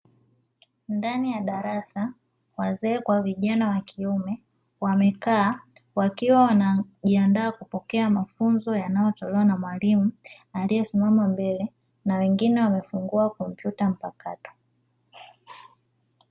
Ndani ya darasa; wazee kwa vijana wa kiume, wamekaa wakiwa wanajiandaa kupokea mafunzo yanayotolewa na mwalimu, aliyesimama mbele na wengine wamefungua kompyuta mpakato.